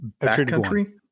backcountry